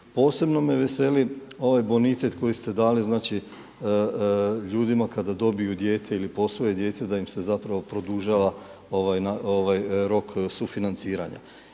Posebno me veseli ovaj bonitet koji ste dali, znači ljudima kada dobiju dijete ili posvoje dijete da im se zapravo produžava rok sufinanciranja.